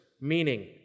meaning